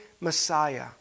Messiah